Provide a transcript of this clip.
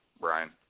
Brian